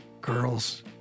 girls